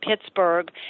Pittsburgh